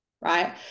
right